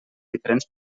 diferents